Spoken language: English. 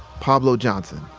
pableaux johnson,